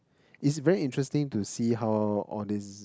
is very interesting to see how all these